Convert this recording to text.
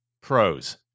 Pros